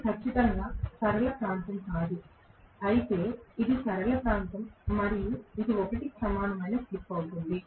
ఇది ఖచ్చితంగా సరళ ప్రాంతం కాదు అయితే ఇది సరళ ప్రాంతం మరియు ఇది 1 కి సమానమైన స్లిప్ అవుతుంది